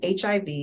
HIV